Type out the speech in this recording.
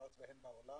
בארץ ובעולם,